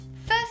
First